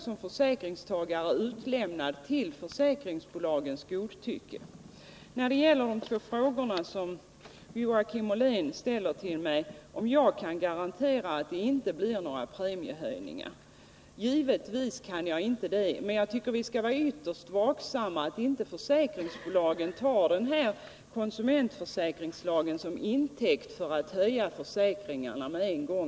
Som försäkringstagare är man utlämnad till försäkringsbolagens godtycke. Joakim Ollén frågade mig om jag kunde garantera att det inte skulle bli några premiehöjningar. Givetvis kan jag inte det, men jag tycker att vi skall vara ytterst vaksamma så att försäkringsbolagen inte tar denna konsumentförsäkringslag till intäkt för att höja försäkringarna med en gång.